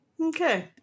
Okay